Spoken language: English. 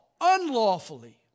unlawfully